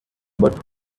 but